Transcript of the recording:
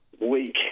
week